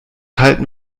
halten